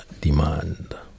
Demand